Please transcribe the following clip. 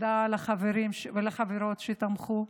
תודה לחברים ולחברות שתמכו,